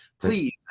please